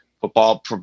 football